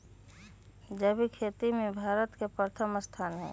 जैविक खेती में भारत के प्रथम स्थान हई